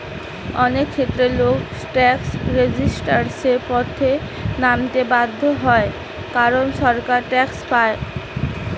অনেক ক্ষেত্রে লোক ট্যাক্স রেজিস্ট্যান্সের পথে নামতে বাধ্য হয় কারণ সরকার ট্যাক্স চাপায়